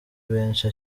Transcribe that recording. benshi